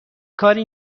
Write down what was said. کاری